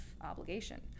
obligation